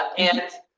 and,